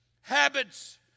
habits